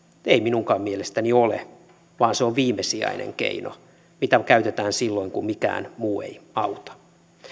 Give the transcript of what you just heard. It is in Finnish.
ei minunkaan mielestäni ole vaan se on viimesijainen keino mitä käytetään silloin kun mikään muu ei auta